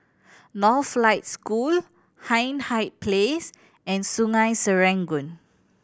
Northlight School Hindhede Place and Sungei Serangoon